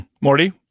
Morty